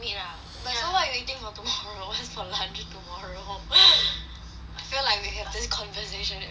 but it's not like we eating for tomorrow it's for lunch tomorrow pub I feel like we have this conversation every day